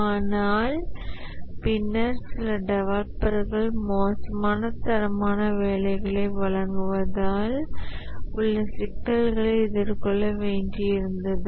ஆனால் பின்னர் சில டெவலப்பர்கள் மோசமான தரமான வேலைகளை வழங்குவதில் உள்ள ஒரு சிக்கலை எதிர்கொள்ள வேண்டிஇருந்தது